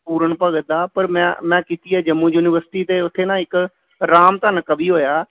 ਪੂਰਨ ਭਗਤ ਦਾ ਪਰ ਮੈਂ ਮੈਂ ਕੀਤੀ ਹੈ ਜੰਮੂ ਯੂਨੀਵਰਸਿਟੀ ਅਤੇ ਉੱਥੇ ਨਾ ਇੱਕ ਰਾਮਧਨ ਕਵੀ ਹੋਇਆ